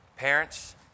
parents